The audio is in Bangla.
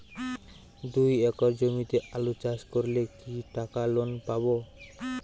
দুই একর জমিতে আলু চাষ করলে কি টাকা লোন পাবো?